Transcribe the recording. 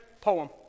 poem